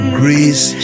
grace